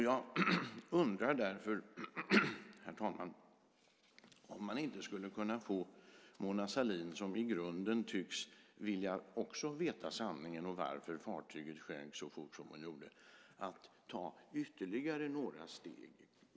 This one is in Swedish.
Jag undrar därför, herr talman, om man inte skulle kunna få Mona Sahlin, som i grunden också tycks vilja veta sanningen och varför fartyget sjönk så fort som det gjorde, att ta ytterligare några steg.